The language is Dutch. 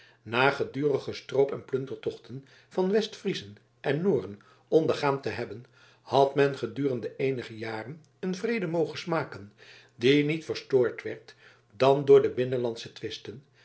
na gedurige stroop en plundertochten van west friezen en nooren ondergaan te hebben had men gedurende eenige jaren een vrede mogen smaken die niet verstoord werd dan door de binnenlandsche twisten